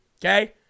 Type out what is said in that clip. Okay